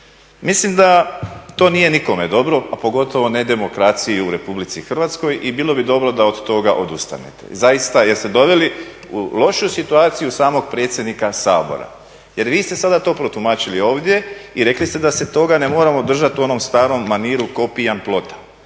Mislim da to nije nikome dobro, a pogotovo ne demokraciji u RH i bilo bi dobro da od toga odustanete zaista. Jer ste doveli u lošu situaciju samog predsjednika Sabora. Jer vi ste sada to protumačili ovdje i rekli ste da se toga ne moramo držati u onoj staroj maniri kao pijan plota.